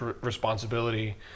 responsibility